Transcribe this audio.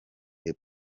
the